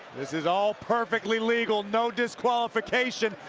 this is all perfectly legal, no disqualification,